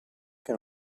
che